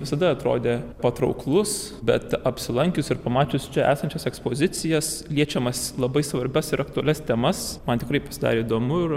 visada atrodė patrauklus bet apsilankius ir pamačius čia esančias ekspozicijas liečiamas labai svarbias ir aktualias temas man tikrai pasidarė įdomu ir